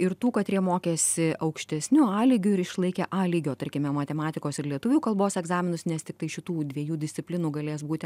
ir tų katrie mokėsi aukštesniu a lygiu ir išlaikė a lygio tarkime matematikos ir lietuvių kalbos egzaminus nes tiktai šitų dviejų disciplinų galės būti